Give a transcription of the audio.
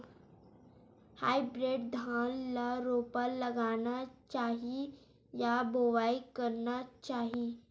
Hybrid धान ल रोपा लगाना चाही या बोआई करना चाही?